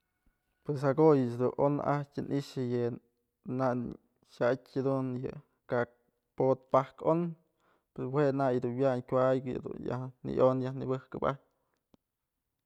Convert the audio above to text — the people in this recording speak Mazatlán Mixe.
Pues jakoya dun on ajtyë ni'ixë yë na'a dun xa'atyë dun yë ka'ak potë pajkë on y jue nak dun wyañ kuay bi'i yaj nëyonëp yaj nëbëjkëp.